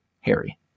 Harry